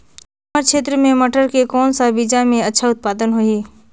हमर क्षेत्र मे मटर के कौन सा बीजा मे अच्छा उत्पादन होही?